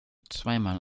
zweimal